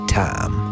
time